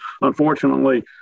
Unfortunately